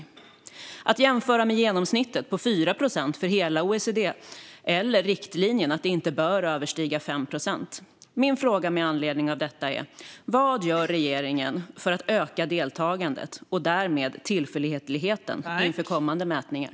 Detta ska jämföras med genomsnittet på 4 procent för hela OECD eller riktlinjen att det inte bör överstiga 5 procent. Min fråga med anledning av detta är: Vad gör regeringen för att öka deltagandet och därmed tillförlitligheten inför kommande mätningar?